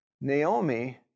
Naomi